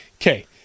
Okay